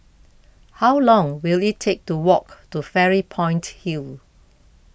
how long will it take to walk to Fairy Point Hill